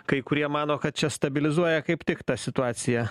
kai kurie mano kad čia stabilizuoja kaip tik tą situaciją